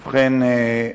ובכן,